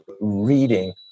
reading